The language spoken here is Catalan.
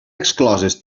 excloses